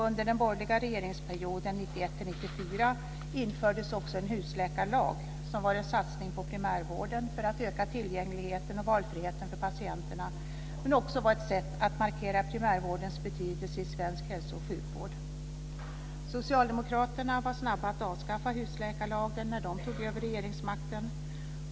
Under den borgerliga regeringsperioden 1991-1994 infördes också en husläkarlag. Den var en satsning på primärvården för att öka tillgängligheten och valfriheten för patienterna, men också ett sätt att markera primärvårdens betydelse i svensk hälso och sjukvård. Socialdemokraterna var snabba att avskaffa husläkarlagen när de tog över regeringsmakten.